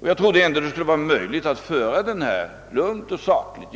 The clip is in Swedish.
Jag trodde ändå att det skulle vara möjligt att föra debatten lugnt och sakligt.